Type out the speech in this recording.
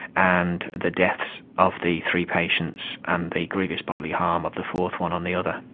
and the deaths of the three patients and the grievous bodily harm of the fourth one on the other.